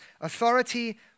authority